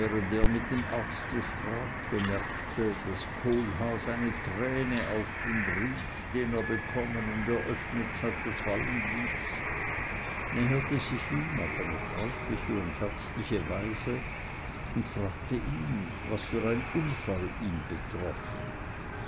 mit dem arzte sprach bemerkte daß kohlhaas eine träne auf den brief den er bekommen und eröffnet hatte fallen ließ näherte sich ihm auf eine freundliche und herzliche weise und fragte ihn was für ein unfall ihn betroffen